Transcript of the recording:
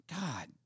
God